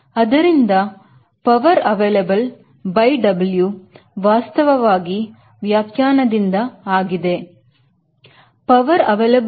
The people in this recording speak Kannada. ಆದ್ದರಿಂದ Pav availableW ವಾಸ್ತವವಾಗಿ ವ್ಯಾಖ್ಯಾನದಿಂದ ಆಗಿದೆ inverse of